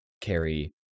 carry